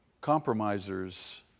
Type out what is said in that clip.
compromisers